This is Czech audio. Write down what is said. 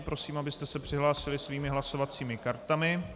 Prosím, abyste se přihlásili svými hlasovacími kartami.